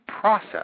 process